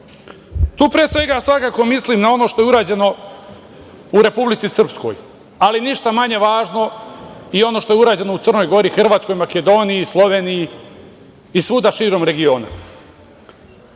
Tu pre svega, svakako, mislim na ono što je urađeno u Republici Srpskoj, ali ništa manje važno i ono što je urađeno u Crnoj Gori, Hrvatskoj, Makedoniji, Sloveniji i svuda širom regiona. Stojim